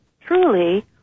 truly